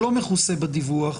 שלא מכוסה בדיווח,